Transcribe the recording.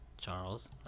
Charles